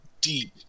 deep